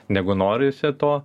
negu norisi to